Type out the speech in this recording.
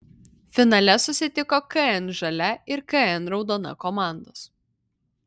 finale susitiko kn žalia ir kn raudona komandos